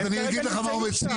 אז אני אגיד לך מה הוא מציע,